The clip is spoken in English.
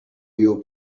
your